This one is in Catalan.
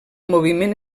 moviment